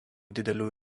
didelių